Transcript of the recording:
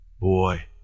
Boy